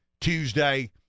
Tuesday